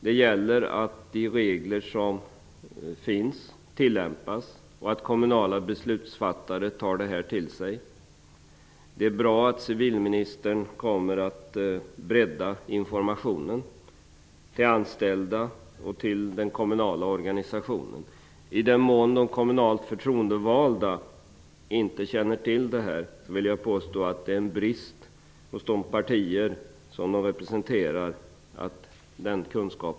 Det gäller att de regler som finns också tillämpas och att kommunala beslutsfattare tar detta till sig. Det är bra att civilministern kommer att bredda informationen till de anställda och till den kommunala organisationen. Jag vill påstå att i den mån kommunalt förtroendevalda inte känner till detta beror det på en brist hos de partier som de representerar.